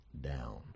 down